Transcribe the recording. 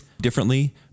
differently